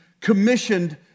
commissioned